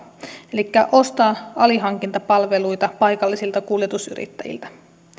elikkä ostaa alihankintapalveluita paikallisilta kuljetusyrittäjiltä